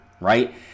right